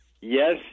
Yes